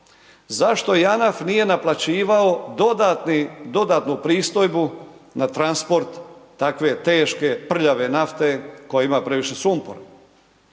Zašto JANAF nije naplaćivao dodatno pristojbu, na transport takve teške, prljave nafte koja ima previše sumpora,